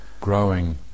growing